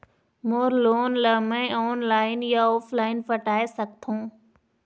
मोर loan ला मैं online या ऑफलाइन पटाए सकथों?